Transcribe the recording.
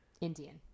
Indian